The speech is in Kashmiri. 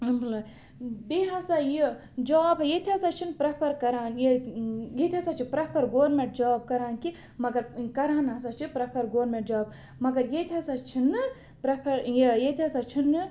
بیٚیہِ ہَسا یہِ جاب ییٚتہِ ہَسا چھِنہٕ پرٛٮ۪فر کَران ییٚتہِ ییٚتہِ ہَسا چھِ پرٛٮ۪فَر گورمٮ۪نٛٹ جاب کَران کہِ مگَر کَران ہَسا چھِ پرٛٮ۪فَر گورمٮ۪نٛٹ جاب مگر ییٚتہِ ہَسا چھِنہٕ پرٛٮ۪فَر یہِ ییٚتہِ ہَسا چھِنہٕ